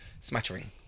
Smattering